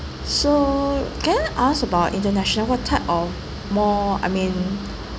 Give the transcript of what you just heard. so can I ask about international what type of more I mean